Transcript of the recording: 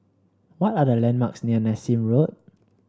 what are the landmarks near Nassim Road